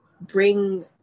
bring